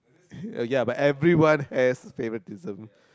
uh ya but everyone has favouritism